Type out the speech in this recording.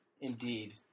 indeed